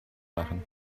machen